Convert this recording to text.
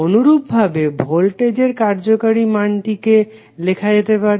অনুরূপভাবে ভোল্টেজের কার্যকারী মানটিকে লেখা যেতে পারে